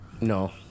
No